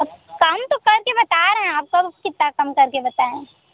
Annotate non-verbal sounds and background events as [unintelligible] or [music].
अब पाँच सौ [unintelligible] बता रहे हैं आप को और कितना कम कर के बताएँ